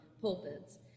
pulpits